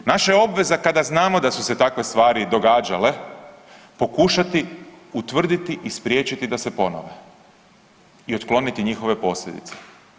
Naša je obveza kada znamo da su se takve stvari događale pokušati utvrditi i spriječiti da se ponove i otkloniti njihove posljedice.